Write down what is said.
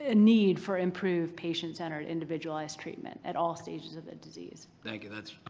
ah need for improved patient-centered individualized treatment at all stages of the disease. thank you. that's.